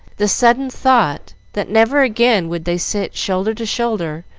the sudden thought that never again would they sit shoulder to shoulder,